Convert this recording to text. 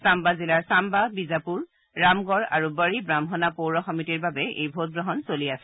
samba জিলাৰ ছাম্বা বিজাপুৰ ৰামগড় আৰু বড়ি ৱাহ্মণা পৌৰ সমিতিৰ বাবে এই ভোটগ্ৰহণ চলি আছে